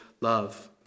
love